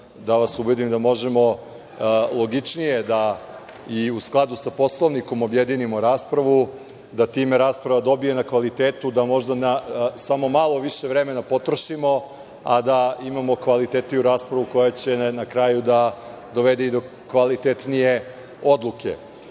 da vas ubedim da možemo logičnije i u skladu sa Poslovnikom da objedinimo raspravu, da time rasprava dobije na kvalitetu, da možda samo malo više vremena potrošimo, a da imamo kvalitetniju raspravu koja će na kraju da dovede i do kvalitetnije odluke. Pozivam